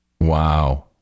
Wow